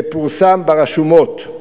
ופורסם ברשומות.